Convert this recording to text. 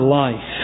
life